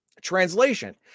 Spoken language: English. Translation